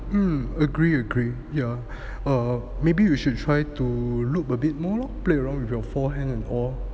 um agree agree ya or maybe you should try to loop a bit more lor play around with your forehand and all